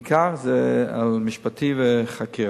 העיקר זה רקע משפטי ורקע של חקירה.